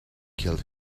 killed